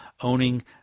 owning